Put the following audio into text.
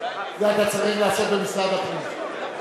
מצביע זה אתה צריך לעשות במשרד הפנים.